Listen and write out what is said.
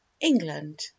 England